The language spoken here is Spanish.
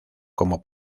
como